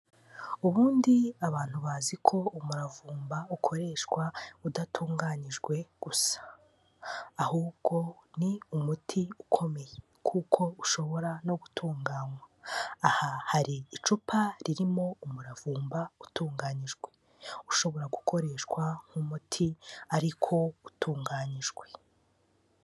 Ubundi abantu bazi ko umuravumba ukoreshwa udatunganyijwe gusa, ahubwo ni umuti ukomeye kuko ushobora no gutunganywa, aha hari icupa ririmo umuravumba utunganyijwe, ushobora gukoreshwa nk'umuti ariko utunganyijwe.